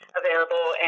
available